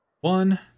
one